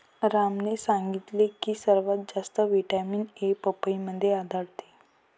रामने सांगितले की सर्वात जास्त व्हिटॅमिन ए पपईमध्ये आढळतो